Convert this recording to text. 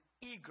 eager